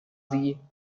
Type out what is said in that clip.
sie